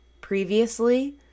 previously